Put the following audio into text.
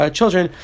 children